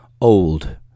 old